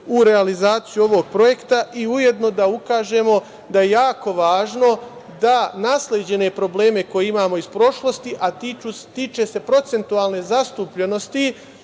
u realizaciju ovog projekta? Ujedno da ukažemo da je jako važno da nasleđene probleme koje imamo iz prošlosti, a tiče se procentualne zastupljenosti